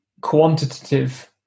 quantitative